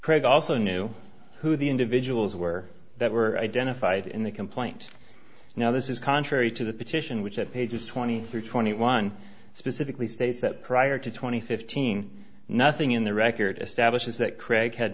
craig also knew who the individuals were that were identified in the complaint now this is contrary to the petition which at pages twenty three twenty one specifically states that prior to two thousand and fifteen nothing in the record establishes that craig had